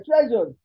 treasures